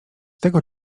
tego